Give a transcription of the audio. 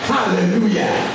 Hallelujah